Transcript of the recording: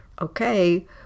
Okay